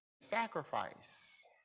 sacrifice